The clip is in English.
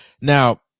Now